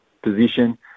position